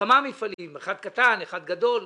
כמה מפעלים, אחד קטן, אחד גדול,